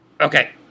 Okay